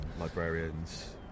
librarians